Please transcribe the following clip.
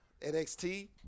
NXT